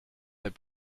des